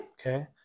Okay